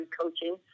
coaching